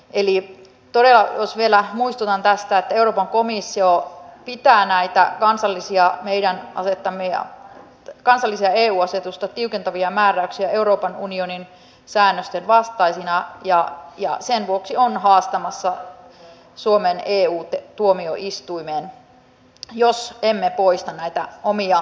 eli todella jos vielä muistutan tästä euroopan komissio pitää näitä kansallisia eu asetusta tiukentavia määräyksiä euroopan unionin säännösten vastaisina ja sen vuoksi on haastamassa suomen eu tuomioistuimeen jos emme poista näitä omia määritelmiä